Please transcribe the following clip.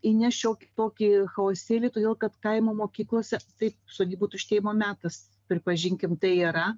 įneš šiokį tokį chaosėlį todėl kad kaimo mokyklose taip sodybų tuštėjimo metas pripažinkim tai yra